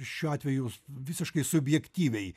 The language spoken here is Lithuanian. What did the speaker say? šiuo atveju jūs visiškai subjektyviai